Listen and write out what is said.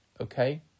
Okay